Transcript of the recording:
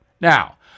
Now